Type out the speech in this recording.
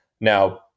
Now